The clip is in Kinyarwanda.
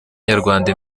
nyarwanda